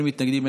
אין מתנגדים,